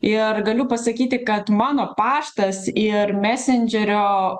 ir galiu pasakyti kad mano paštas ir mesendžerio